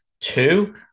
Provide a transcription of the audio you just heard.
two